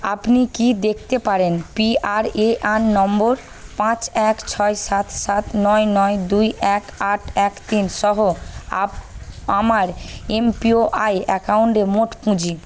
আপনি কি দেখতে পারেন পিআরএআর নম্বর পাঁচ এক ছয় সাত সাত নয় নয় দুই এক আট এক তিন সহ আপ আমার এমপিওয়াই অ্যাকাউন্টে মোট পুঁজি